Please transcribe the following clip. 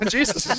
Jesus